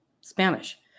Spanish